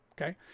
okay